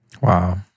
Wow